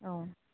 औ